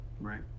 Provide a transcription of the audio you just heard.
right